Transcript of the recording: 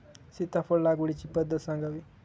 सीताफळ लागवडीची पद्धत सांगावी?